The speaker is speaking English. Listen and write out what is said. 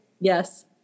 Yes